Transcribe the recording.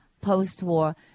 post-war